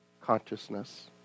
consciousness